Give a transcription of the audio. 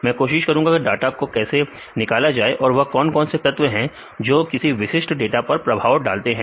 मैं कोशिश करूंगा कि डाटा को कैसे निकाला जाए और वह कौन कौन से तत्व हैं जो किसी विशिष्ट डाटा पर प्रभाव डालते हैं